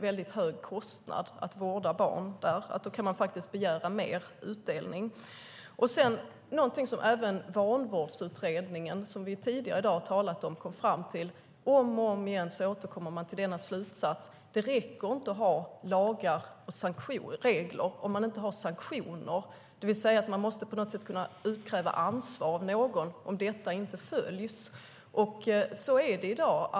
Dessutom är kostnaden för att vårda barn där mycket hög, och då kan man begära mer utdelning. Vanvårdsutredningen, som vi har talat om tidigare i dag, återkommer hela tiden till slutsatsen att det inte räcker med lagar och regler utan sanktioner. Man måste kunna utkräva ansvar av någon om lagar och regler inte följs.